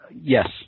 Yes